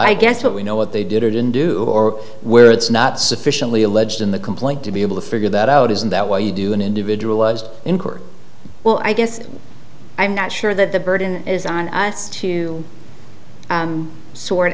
i guess what we know what they did or didn't do or where it's not sufficiently alleged in the complaint to be able to figure that out isn't that why you do an individual was in court well i guess i'm not sure that the burden is on us to sort